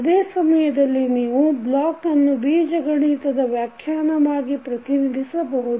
ಅದೇ ಸಮಯದಲ್ಲಿ ನೀವು ಬ್ಲಾಕ್ ಅನ್ನು ಬೀಜಗಣಿತದ ವ್ಯಾಖ್ಯಾನವಾಗಿ ಪ್ರತಿನಿಧಿಸಬಹುದು